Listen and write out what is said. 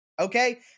Okay